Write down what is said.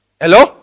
Hello